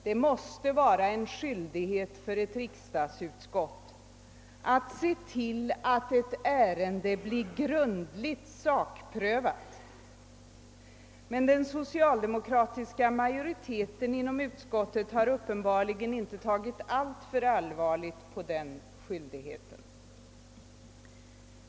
Det måste vara en skyldighet för ett riksdagsutskott att se till att ett ärende blir grundligt sakprövat, men den socialdemokratiska majoriteten inom utskottet har uppenbarligen inte tagit alltför allvarligt på den skyldigheten.